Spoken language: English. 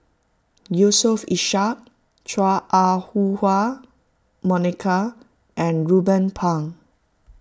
Yusof Ishak Chua Ah Huwa Monica and Ruben Pang